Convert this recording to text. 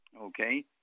Okay